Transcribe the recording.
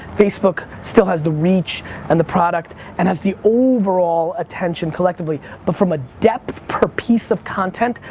facebook still has the reach and the product and has the overall attention collectively, but from a depth per piece of content,